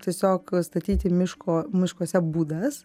tiesiog statyti miško miškuose būdas